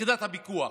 יחידת הפיקוח.